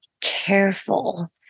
careful